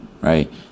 right